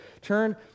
Turn